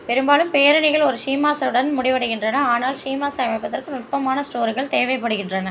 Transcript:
பெரும்பாலும் பேரணிகள் ஒரு ஷீமாஷுடன் முடிவடைகின்றன ஆனால் ஷீமாஷ் அமைப்பதற்கு நுட்பமான ஸ்டோர்கள் தேவைப்படுகின்றன